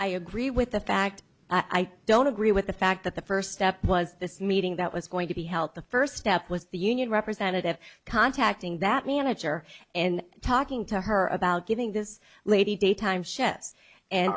i agree with the fact i don't agree with the fact that the first step was this meeting that was going to be held the first step was the union representative contacting that manager and talking to her about giving this lady daytime chefs and